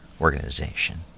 organization